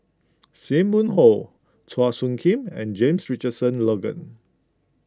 Sim Wong Hoo Chua Soo Khim and James Richardson Logan